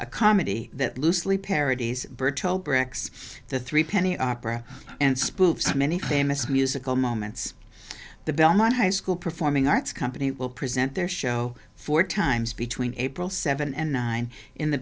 a comedy that loosely parodies bricks the threepenny opera and spoofs many famous musical moments the belmont high school performing arts company will present their show four times between april seven and nine in the